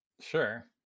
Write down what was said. Sure